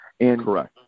Correct